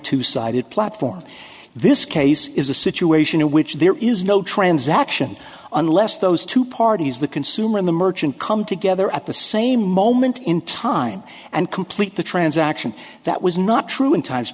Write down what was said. two sided platform in this case is a situation in which there is no transaction unless those two parties the consumer and the merchant come together at the same moment in time and complete the transaction that was not true in times